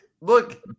Look